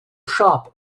shop